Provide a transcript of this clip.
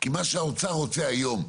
כי מה שהאוצר רוצה היום,